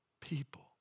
people